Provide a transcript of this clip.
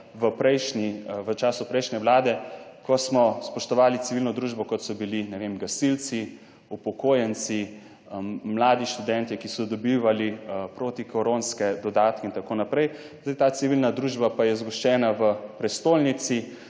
vašem imela v času prejšnje vlade, ko smo spoštovali civilno družbo, kot so bili, ne vem, gasilci, upokojenci, mladi študentje, ki so dobivali protikoronske dodatke in tako naprej. Zdaj ta civilna družba pa je zgoščena v prestolnici,